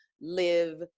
live